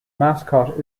mascot